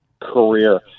career